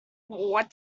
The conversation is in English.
what